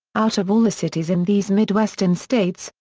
out of all the cities in these midwestern states,